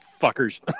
fuckers